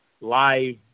live